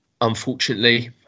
unfortunately